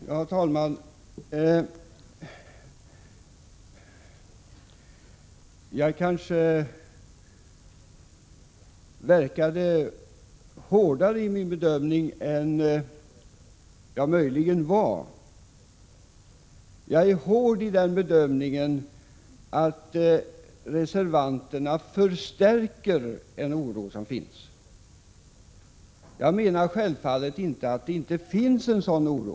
Herr talman! Jag kanske verkade hårdare i min bedömning än jag möjligen var. Jag är hård i bedömningen att reservanterna förstärker en oro som finns. Självfallet menar jag inte att det inte finns en sådan oro.